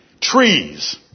Trees